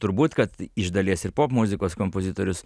turbūt kad iš dalies ir popmuzikos kompozitorius